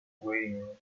waiting